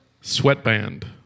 Sweatband